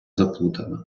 заплутана